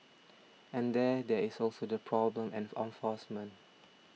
and then there is also the problem an enforcement